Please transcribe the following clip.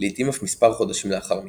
לעיתים אף מספר חודשים לאחר מכן.